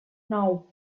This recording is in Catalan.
nou